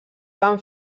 van